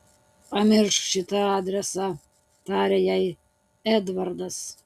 pamiršk šitą adresą tarė jai edvardas